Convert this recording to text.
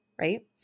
Right